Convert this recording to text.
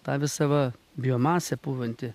ta visa va biomasė pūvanti